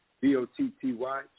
B-O-T-T-Y